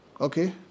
Okay